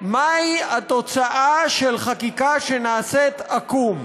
התוצאה של חקיקה שנעשית עקום.